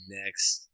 next